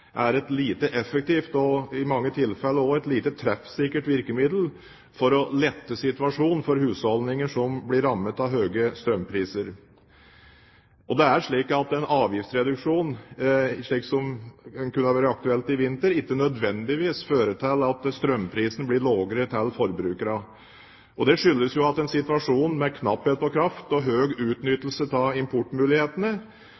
er et lite effektivt og i mange tilfeller også et lite treffsikkert virkemiddel for å lette situasjonen for husholdninger som blir rammet av høye strømpriser. Det er slik at en avgiftsreduksjon – som kunne ha vært aktuelt i vinter – ikke nødvendigvis fører til at strømprisen blir lavere til forbrukerne. Det skyldes jo at i en situasjon med knapphet på kraft og